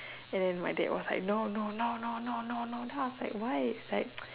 and then my dad was like no no no no no no no no then I was like why like